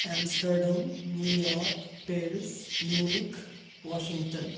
Amsterdam New York Paris Munich Washington